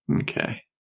Okay